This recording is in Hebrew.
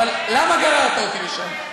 אבל למה גררת אותי לשם?